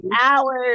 hours